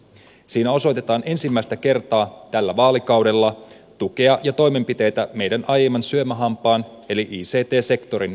siinä osoitetaan ensimmäistä kertaa tällä vaalikaudella tukea ja toimenpiteitä meidän aiemman syömähampaan eli ict sektorin elvyttämiseksi